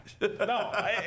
No